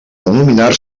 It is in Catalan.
denominar